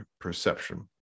perception